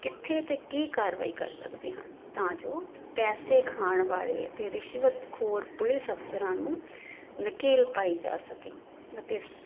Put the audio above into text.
ਕਿੱਥੇ ਅਤੇ ਕੀ ਕਾਰਵਾਈ ਕਰ ਸਕਦੇ ਹਨ ਤਾਂ ਜੋ ਪੈਸੇ ਖਾਣ ਵਾਲੇ ਅਤੇ ਰਿਸ਼ਵਤਖੋਰ ਪੁਲਿਸ ਅਫ਼ਸਰਾਂ ਨੂੰ ਨਕੇਲ ਪਾਈ ਜਾ ਸਕੇ ਅਤੇ ਸ